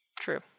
True